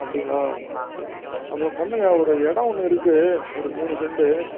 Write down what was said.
அப்படிங்களா அப்போது பண்ணுங்க ஒரு இடம் ஒன்று இருக்குது ஒரு மூணு செண்டு